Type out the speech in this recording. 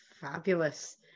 Fabulous